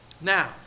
Now